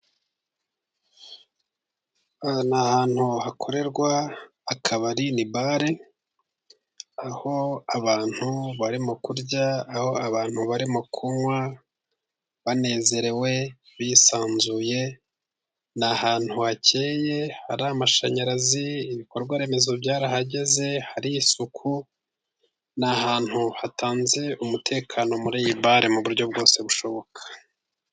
Aha ni ahantu hakorerwa akabari ni bare, aho abantu bari mu kurya, aho abantu bari mu kunywa banezerewe bisanzuye, ni ahantu hakeye hari amashanyarazi, ibikorwaremezo byarahageze, hari isuku, ni ahantu hatanze umutekano muri iyi bare mu buryo bwose bushoboka.